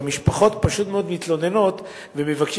והמשפחות פשוט מאוד מתלוננות ומבקשות